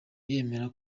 yemera